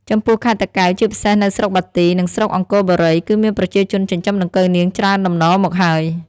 ចំពោះខេត្តតាកែវ ជាពិសេសនៅស្រុកបាទី និងស្រុកអង្គរបុរី គឺមានប្រជាជនចិញ្ចឹមដង្កូវនាងច្រើនតំណមកហើយ។